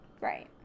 Right